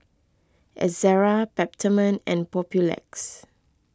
Ezerra Peptamen and Papulex